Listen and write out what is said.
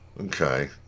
Okay